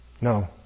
No